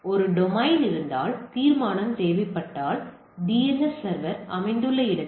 ஒரு டொமைன் இருந்தால் தீர்மானம் தேவைப்பட்டால் டிஎன்எஸ் சர்வர் அமைந்துள்ள இடத்தில்